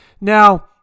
Now